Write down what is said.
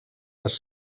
les